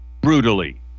brutally